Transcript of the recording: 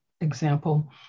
example